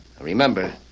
Remember